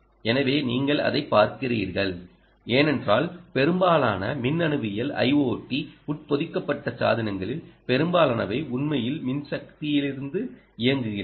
எனவே நீங்கள் அதைப் பார்க்கிறீர்கள் ஏனென்றால் பெரும்பாலான மின்னணுவியல் ஐஓடி உட்பொதிக்கப்பட்ட சாதனங்களில் பெரும்பாலானவை உண்மையில் மின் சக்தியிலிருந்து இயங்குகின்றன